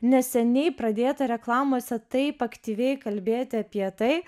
neseniai pradėta reklamose taip aktyviai kalbėti apie tai